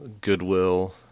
Goodwill